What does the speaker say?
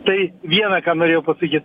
tai viena ką norėjau pasakyt